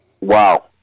Wow